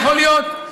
יכול להיות.